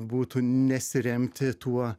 būtų nesiremti tuo